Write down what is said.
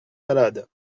malade